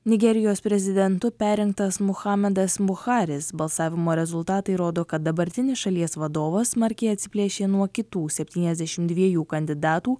nigerijos prezidentu perrinktas muhamedas buharis balsavimo rezultatai rodo kad dabartinis šalies vadovas smarkiai atsiplėšė nuo kitų septyniasdešimt dviejų kandidatų